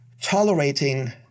tolerating